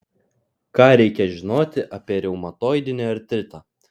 ką reikia žinoti apie reumatoidinį artritą